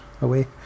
away